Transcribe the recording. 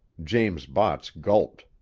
james botts gulped.